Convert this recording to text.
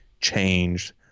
changed